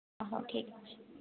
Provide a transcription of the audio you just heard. ହଉ ଠିକ୍ଅଛି